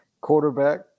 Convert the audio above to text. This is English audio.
quarterback